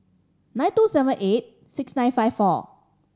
nine two seven eight six nine five four